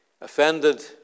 offended